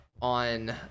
on